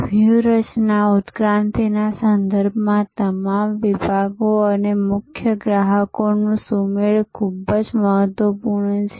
વ્યૂહરચના ઉત્ક્રાંતિના સંદર્ભમાં તમામ વિભાગો અને મુખ્ય ગ્રાહકોનું સુમેળ ખૂબ જ મહત્વપૂર્ણ છે